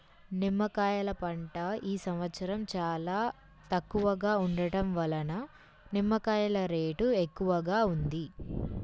నిమ్మకాయల పంట ఈ సంవత్సరం చాలా తక్కువగా ఉండటం వలన నిమ్మకాయల రేటు ఎక్కువగా ఉంది